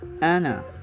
Anna